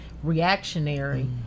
reactionary